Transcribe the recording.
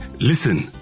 Listen